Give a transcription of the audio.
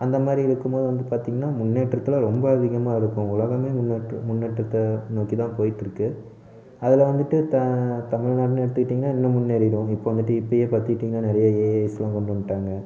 அந்த மாதிரி இருக்கும் போது வந்து பாத்திங்கனா முன்னேற்றத்தில் ரொம்ப அதிகமாக இருக்கும் உலகமே முன்னேற்ற முன்னேற்றத்தை நோக்கி தான் போய்ட்ருக்குது அதில் வந்துவிட்டு த தமிழ்நாடுன்னு எடுத்துகிட்டிங்கனா இன்னும் முன்னேறிடும் இப்போ வந்துவிட்டு இப்போயே பாத்துகிட்டிங்கனா நிறையா ஏஐலாம் கொண்டு வந்துட்டாங்க